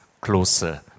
closer